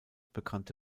bekannte